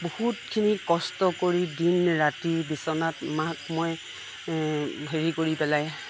বহুতখিনি কষ্ট কৰি দিন ৰাতি বিচনাত মাক মই হেৰি কৰি পেলাই